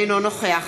אינו נוכח